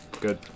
Good